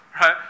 right